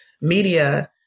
media